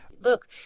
Look